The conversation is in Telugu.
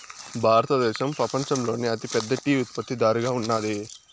భారతదేశం పపంచంలోనే అతి పెద్ద టీ ఉత్పత్తి దారుగా ఉన్నాది